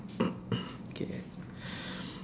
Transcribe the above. okay